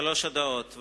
שלוש הודעות.